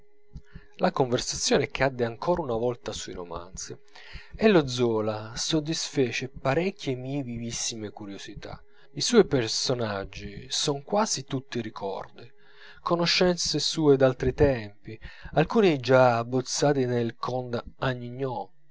la conversazione cadde ancora una volta sui romanzi e lo zola soddisfece parecchie mie vivissime curiosità i suoi personaggi son quasi tutti ricordi conoscenze sue d'altri tempi alcuni già abbozzati nei contes